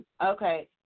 Okay